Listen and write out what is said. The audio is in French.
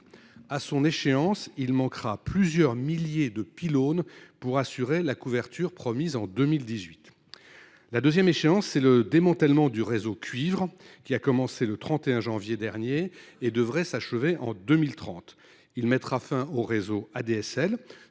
à son échéance, il manquera plusieurs milliers de pylônes pour assurer la couverture promise en 2018. En second lieu, le démantèlement du réseau de cuivre, entamé le 31 janvier dernier, devrait s’achever en 2030. Il mettra fin au réseau ADSL,